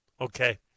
okay